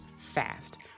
fast